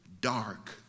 dark